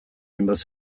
hainbat